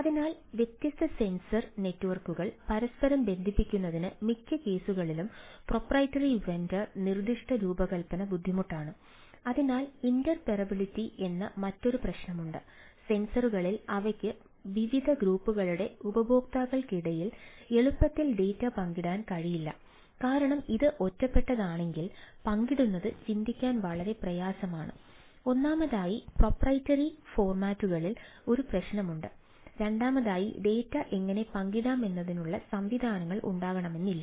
അതിനാൽ വ്യത്യസ്ത സെൻസർ നെറ്റ്വർക്കുകൾ എങ്ങനെ പങ്കിടാമെന്നതിനുള്ള സംവിധാനങ്ങൾ ഉണ്ടാകണമെന്നില്ല